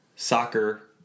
soccer